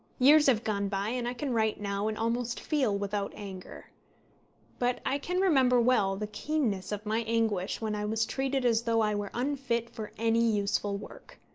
years have gone by, and i can write now, and almost feel, without anger but i can remember well the keenness of my anguish when i was treated as though i were unfit for any useful work.